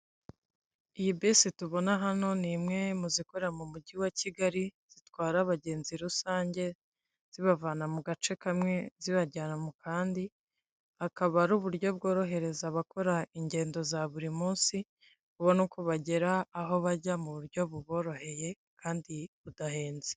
Iyi bisi tubona hano, ni imwe mu zikora mu Mujyi wa Kigali zitwara abantu rusange zibavana mu have kamwe zibajyana mu kandi, akaba ari u uryo bworohereza abakora ingendo za buri munsi, kubona uko bakora ingendo zidahenze.